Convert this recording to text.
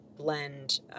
Blend